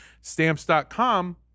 stamps.com